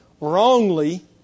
wrongly